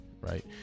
right